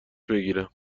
بگیرم